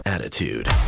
Attitude